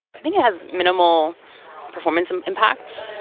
i think it has minimal performance um impact.